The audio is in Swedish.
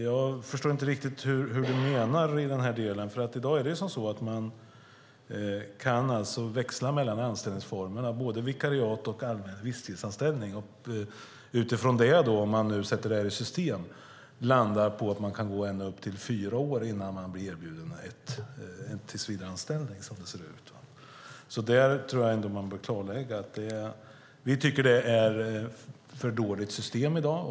Jag förstår inte riktigt hur Gustav Nilsson menar, för i dag är det så att man kan växla mellan anställningsformer, både vikariat och allmän visstidsanställning, och utifrån det, om man sätter det i system, landa i att man kan gå ändå upp till fyra år innan man blir erbjuden en tillsvidareanställning. Vi tycker att det är ett för dåligt system i dag.